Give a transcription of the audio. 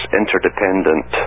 interdependent